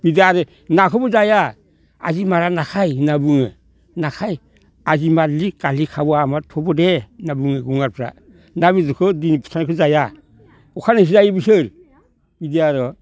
बिदि आरो नाखौबो जाया आजि मारा नाखाय होनना बुङो नाखाय आजि मारिले खालि खाब' आमार थब' दे होनना बुङो गंगारफ्रा ना बेदरखौ दिनै फुथारनायखौ जाया अखानायैसो जायो बिसोर बिदि आरो